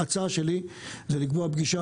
ההצעה שלי היא לקבוע פגישה,